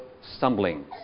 stumbling